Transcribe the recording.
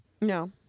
No